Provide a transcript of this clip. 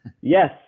Yes